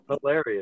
Hilarious